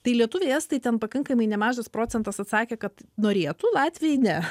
tai lietuviai estai ten pakankamai nemažas procentas atsakė kad norėtų latviai ne